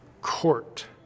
court